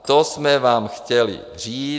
To jsme vám chtěli říct.